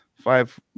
five